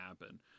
happen